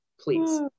Please